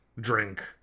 drink